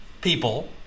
people